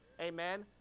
Amen